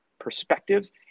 perspectives